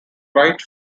right